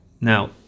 Now